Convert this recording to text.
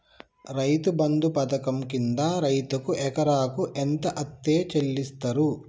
రైతు బంధు పథకం కింద రైతుకు ఎకరాకు ఎంత అత్తే చెల్లిస్తరు?